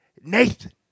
Nathan